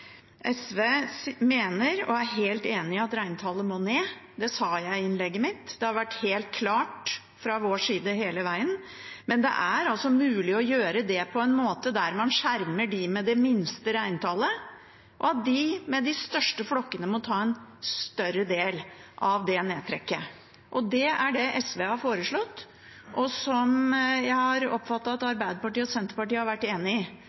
SV mener og er helt enig i at reintallet må ned. Det sa jeg i innlegget mitt. Det har vært helt klart fra vår side hele vegen. Men det er altså mulig å gjøre det på en måte der man skjermer dem med det minste reintallet, og at de med de største flokkene må ta en større del av det nedtrekket. Det er det SV har foreslått, og som jeg har oppfattet at Arbeiderpartiet og Senterpartiet har vært enig i.